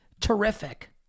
terrific